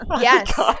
yes